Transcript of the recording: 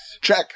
Check